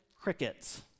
crickets